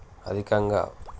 అధికంగా